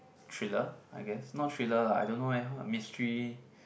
thriller I guess not thriller lah I don't know eh what mystery